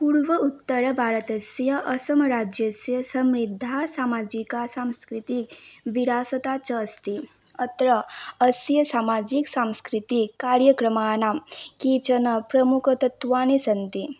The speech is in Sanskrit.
पूर्व उत्तरभारतस्य असमराज्यस्य समृद्धा सामाजिकी संस्कृतिः विरासता च अस्ति अत्र अस्य सामाजिकसास्कृतिककार्यक्रमाणां केचन प्रमुखतत्त्वानि सन्ति